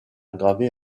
gravé